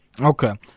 Okay